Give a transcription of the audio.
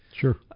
Sure